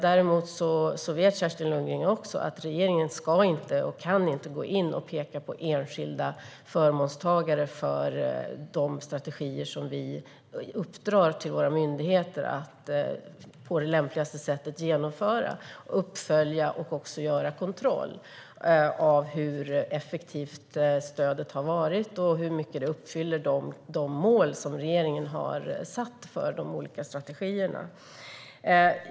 Däremot vet Kerstin Lundgren att regeringen inte ska och inte kan gå in och peka på enskilda förmånstagare i fråga om de strategier som vi uppdrar till våra myndigheter att genomföra, följa upp och kontrollera på det lämpligaste sättet när det gäller hur effektivt stödet har varit och hur mycket det uppfyller de mål som regeringen har satt upp för de olika strategierna.